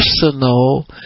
personal